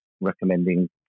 recommending